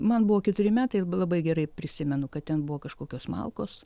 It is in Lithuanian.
man buvo keturi metai ir labai gerai prisimenu kad ten buvo kažkokios malkos